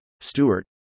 Stewart